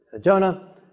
Jonah